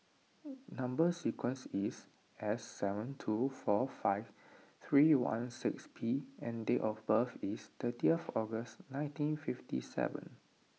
Number Sequence is S seven two four five three one six P and date of birth is thirtieth August nineteen fifty seven